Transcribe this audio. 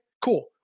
cool